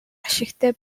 ашигтай